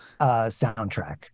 soundtrack